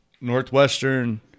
northwestern